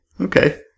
Okay